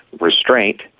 restraint